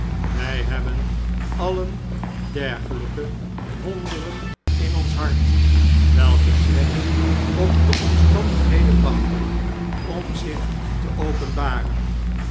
wij hebben alien dergeljjke wonderen in ons hart welke slechts op de omstandigheden wachten om zich te openbaren